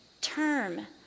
term